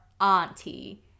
auntie